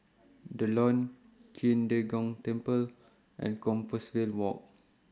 The Lawn Qing De Gong Temple and Compassvale Walk